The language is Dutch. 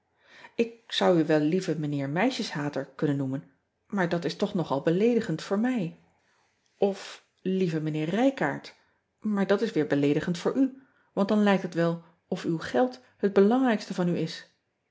k zou u wel ieve ijnheer eisjes ater kunnen noemen maar dat is toch nogal beleedigend voor mij f ieve ijnheer ijkaard maar dat is weer beleedigend voor u want dan lijkt het wel of uw geld het belangrijkste van u is